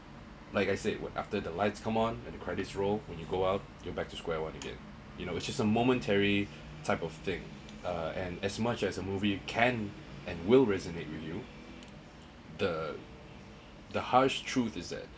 like I said would after the lights come on and the credits roll when you go out you are back to square one again you know which is a momentary type of thing uh and as much as a movie you can and will resonate with you the the harsh truth is that